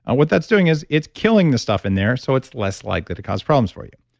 and what that's doing is it's killing the stuff in there so it's less likely to cause problems for you.